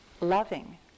loving